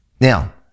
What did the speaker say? Now